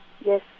Yes